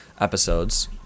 episodes